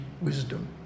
wisdom